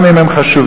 גם אם הם חשובים.